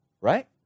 right